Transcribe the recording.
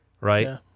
right